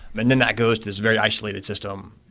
and then that goes to this very isolated system,